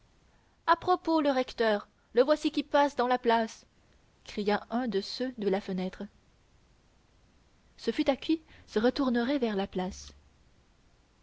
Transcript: à propos le recteur le voici qui passe dans la place cria un de ceux de la fenêtre ce fut à qui se retournerait vers la place